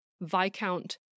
Viscount